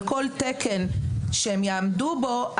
על כל תקן שהם יעמדו בו,